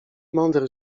mądry